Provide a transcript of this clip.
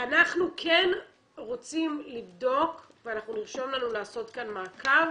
אנחנו כן רוצים לבדוק ואנחנו נרשום לעצמנו לעשות כאן מעקב